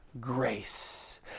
grace